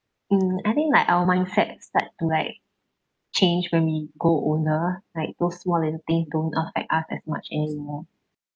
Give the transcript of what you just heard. mm I think like our mindset start to like change for me go older like those small little things don't affect at us as much any more